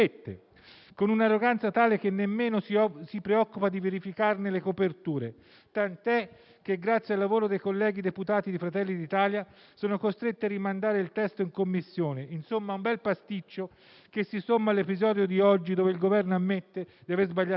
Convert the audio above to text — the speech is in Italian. con un'arroganza tale che nemmeno si preoccupa di verificarne le coperture, tant'è che, grazie al lavoro dei colleghi deputati di Fratelli d'Italia, sono stati costretti a rimandare il testo in Commissione. Insomma, un bel pasticcio, che si somma all'episodio di oggi, con il Governo che ammette di aver sbagliato i conti.